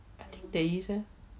I think there is eh